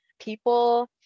People